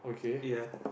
ya